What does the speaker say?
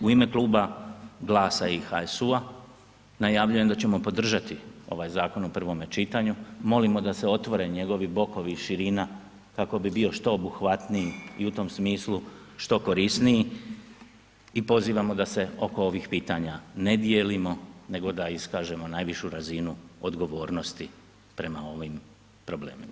U ime Kluba GLAS-a i HSU-a najavljujem da ćemo podržati ovaj zakon u prvome čitanju, molimo da se otvore njegovi bokovi i širina kako bi bio što obuhvatniji i u tom smislu što korisniji i pozivamo da se oko ovih pitanja ne dijelimo nego da iskažemo najvišu razinu odgovornosti prema ovim problemima.